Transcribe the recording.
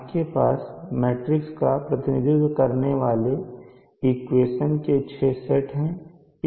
आपके पास मैट्रिक्स का प्रतिनिधित्व करने वाले इक्वेशंस के 6 सेट हैं